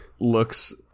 looks